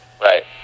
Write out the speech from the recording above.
Right